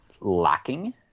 lacking